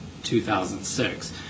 2006